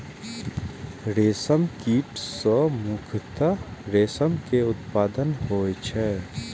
रेशम कीट सं मुख्यतः रेशम के उत्पादन होइ छै